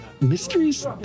mysteries